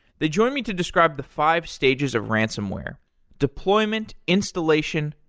they join me to describe the five stages of ransomware deployment, installation,